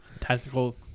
Tactical